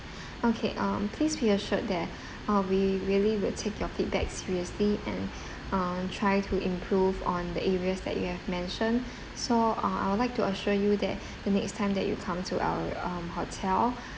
okay um please be assured that uh we really will take your feedback seriously and uh try to improve on the areas that you have mentioned so uh I would like to assure you that the next time that you come to our um hotel